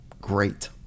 great